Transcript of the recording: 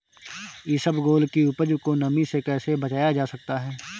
इसबगोल की उपज को नमी से कैसे बचाया जा सकता है?